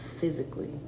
physically